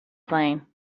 plane